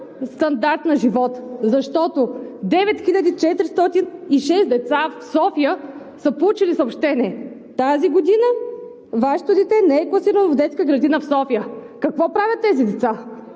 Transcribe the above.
стандарт на живот, защото 9406 деца в София са получили съобщение: „Тази година Вашето дете не е класирано в детска градина в София.“ Какво правят тези деца?